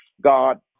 God